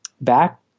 back